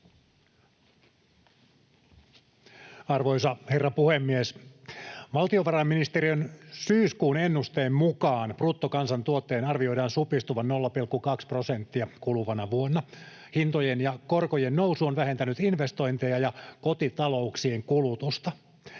Arvoisa herra puhemies! Valtiovarainministeriön syyskuun ennusteen mukaan bruttokansantuotteen arvioidaan supistuvan 0,2 prosenttia kuluvana vuonna. Hintojen ja korkojen nousu on vähentänyt investointeja ja kotitalouksien kulutusta.